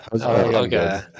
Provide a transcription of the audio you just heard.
okay